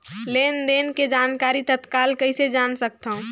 लेन देन के जानकारी तत्काल कइसे जान सकथव?